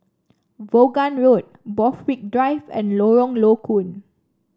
Vaughan Road Borthwick Drive and Lorong Low Koon